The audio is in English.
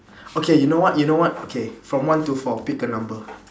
okay you know what you know what okay from one to four pick a number